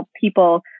people